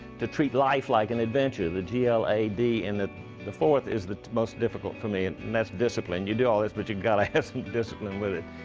to treat life like an adventure. the g l a d, and the the fourth is the most difficult for me and that's discipline. you do all this but you gotta have some discipline with it.